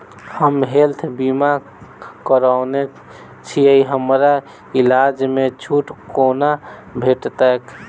हम हेल्थ बीमा करौने छीयै हमरा इलाज मे छुट कोना भेटतैक?